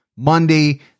Monday